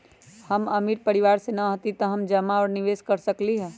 हम अमीर परिवार से न हती त का हम जमा और निवेस कर सकली ह?